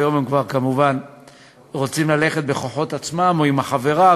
היום הם כמובן רוצים ללכת בכוחות עצמם או עם החברה,